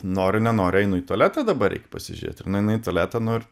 noriu nenori einu į tualetą dabar reikia pasižėt ir nueinu į tualetą nu ir